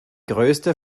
größte